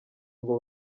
ngo